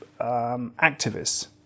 activists